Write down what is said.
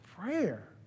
prayer